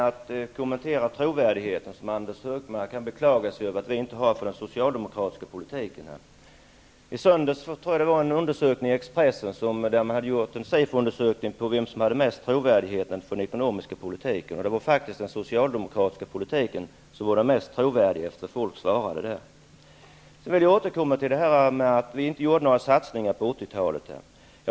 Fru talman! Jag vill börja med att kommentera att Anders G. Högmark beklagade att det inte fanns någon trovärdighet för den socialdemokatiska politiken. I söndags redovisades en SIFO-undersökning i Expressen. Man hade undersökt vilket parti som hade mest trovärdighet för sin ekonomiska politik. Det visade sig att folk ansåg att det var den socialdemokratiska politiken som var den mest trovärdiga. Jag vill återkomma till det som Anders G. Högmark sade om att vi Socialdemokrater inte gjorde några satsningar under 80-talet.